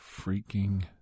Freaking